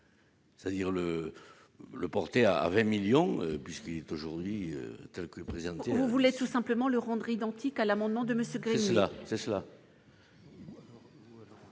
C'est à dire le le porter à 20 millions puisqu'il est aujourd'hui telle que présentée, vous voulez. Tout simplement le rendre identique à l'amendement de monsieur comme cela